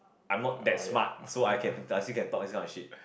I'm not that smart so I can I still can talk this kind of shit